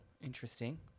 Interesting